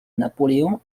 napoléon